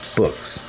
books